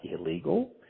illegal